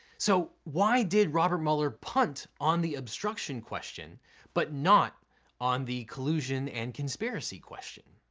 so, why did robert mueller punt on the obstruction question but not on the collusion and conspiracy question?